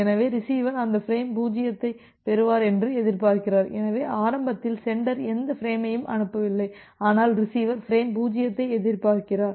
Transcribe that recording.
எனவே ரிசீவர் இந்த ஃபிரேம் 0 ஐப் பெறுவார் என்று எதிர்பார்க்கிறார் எனவே ஆரம்பத்தில் சென்டர் எந்த ஃபிரேமையும் அனுப்பவில்லை ஆனால் ரிசீவர் ஃபிரேம் 0ஐ எதிர்பார்க்கிறார்